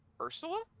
Ursula